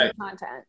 content